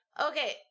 Okay